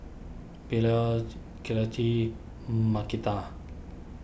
Beaulah Citlali Markita